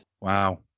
Wow